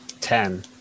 Ten